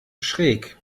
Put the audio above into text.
schräg